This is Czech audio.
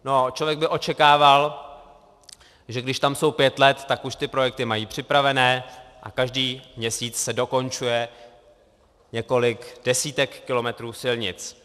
No, člověk by očekával, že když tam jsou pět let, tak už ty projekty mají připravené a každý měsíc se dokončuje několik desítek kilometrů silnic.